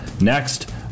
Next